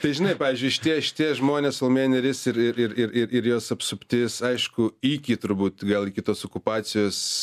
tai žinai pavyzdžiui šitie šitie žmonės salomėja nėris ir ir ir ir ir ir jos apsuptis aišku iki turbūt gal iki tos okupacijos